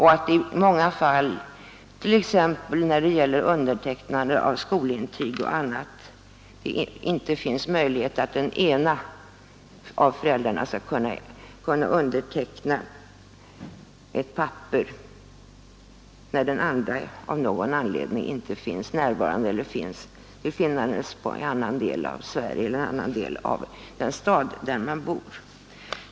Jag nämner som exempel undertecknandet av skolintyg. Ena föräldern kan inte underteckna en sådan handling, om den andra föräldern inte skulle vara tillstädes.